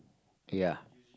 ya